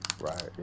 Right